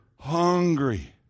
Hungry